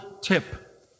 tip